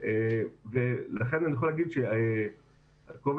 ועכשיו אנחנו רואים שיש